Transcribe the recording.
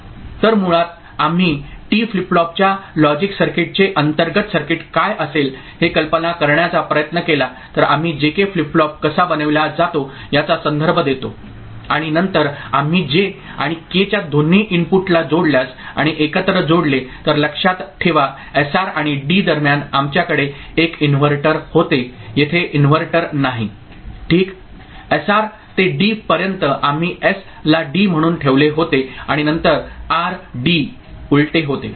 तर मुळात आम्ही टी फ्लिप फ्लॉपच्या लॉजिक सर्किटचे अंतर्गत सर्किट काय असेल हे कल्पना करण्याचा प्रयत्न केला तर आम्ही जेके फ्लिप फ्लॉप कसा बनविला जातो याचा संदर्भ देतो आणि नंतर आम्ही जे आणि केच्या दोन्ही इनपुटला जोडल्यास आणि एकत्र जोडले तर लक्षात ठेवा एसआर आणि डी दरम्यान आमच्याकडे एक इनव्हर्टर होते येथे इन्व्हर्टर नाही ठीक एसआर ते डी पर्यंत आम्ही एस ला डी म्हणून ठेवले होते आणि नंतर आर डी उलटे होते